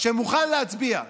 שמוכן להצביע לשנאה,